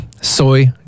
soy